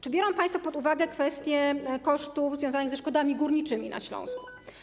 Czy biorą państwo pod uwagę kwestię kosztów związanych ze szkodami górniczymi na Śląsku?